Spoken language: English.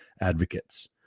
advocates